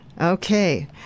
Okay